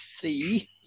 three